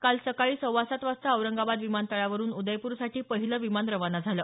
काल सकाळी सव्वासात वाजता औरंगाबाद विमानतळावरून उदयपूरसाठी पहिलं विमान रवाना झालं